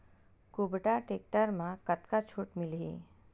कुबटा टेक्टर म कतका छूट मिलही?